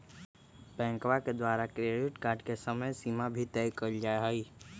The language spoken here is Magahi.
बैंकवा के द्वारा क्रेडिट कार्ड के समयसीमा भी तय कइल जाहई